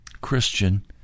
Christian